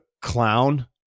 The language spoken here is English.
Clown